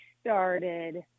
started